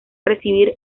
recibir